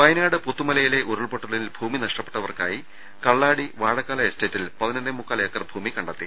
വയനാട് പുത്തുമലയിലെ ഉരുൾപൊട്ടലിൽ ഭൂമി നഷ്ടപ്പെട്ട വർക്കായി കള്ളാടി വാഴക്കാല എസ്റ്റേറ്റിൽ പതിനൊന്നേമുക്കാൽ ഏക്കർ ഭൂമി കണ്ടെത്തി